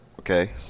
okay